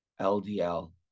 LDL